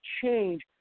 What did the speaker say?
change